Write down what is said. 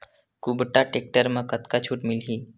कुबटा टेक्टर म कतका छूट मिलही?